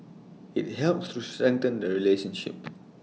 IT helps to strengthen the relationship